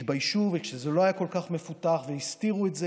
כשהתביישו וכשזה לא היה כל כך מפותח והסתירו את זה,